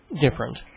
different